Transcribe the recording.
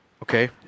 Okay